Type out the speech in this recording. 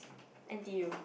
N_T_U